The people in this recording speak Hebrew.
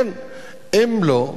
אם לא,